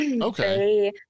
Okay